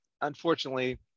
Unfortunately